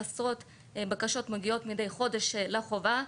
עשרות בקשות מגיעות מידי חודש לחובה,